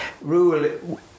rule